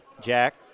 Jack